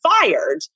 fired